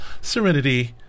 Serenity